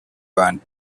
burned